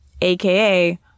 AKA